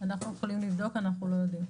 אנחנו יכולים לבדוק, אנחנו לא יודעים.